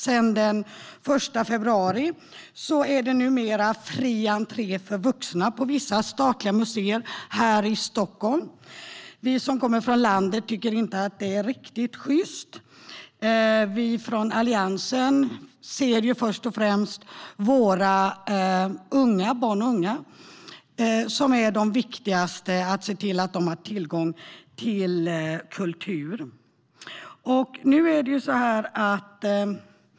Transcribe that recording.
Sedan den 1 februari i år är det fri entré för vuxna på vissa statliga museer här i Stockholm. Vi som kommer från landet tycker inte att det är riktigt sjyst. Vi i Alliansen anser att det först och främst är våra barn och unga som ska ges tillgång till kultur. Det är det viktigaste att se till.